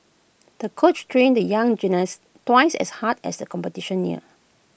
the coach trained the young gymnast twice as hard as the competition neared